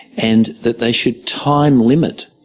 and that they should time limit